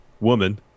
woman